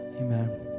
Amen